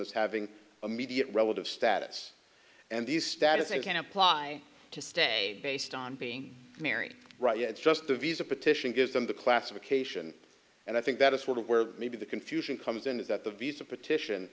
is having immediate relative status and these status they can apply to stay based on being married right yet just the visa petition gives them the classification and i think that is sort of where maybe the confusion comes in is that the visa petition